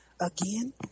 Again